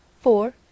four